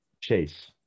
Chase